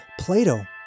Plato